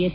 S